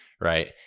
Right